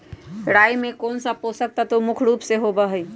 राई में कौन सा पौषक तत्व मुख्य रुप से होबा हई?